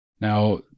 Now